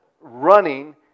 running